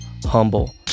Humble